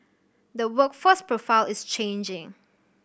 the workforce profile is changing